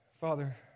Father